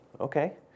okay